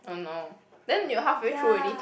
oh no then you halfway through already